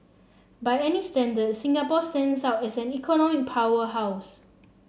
by any standard Singapore stands out as an economic powerhouse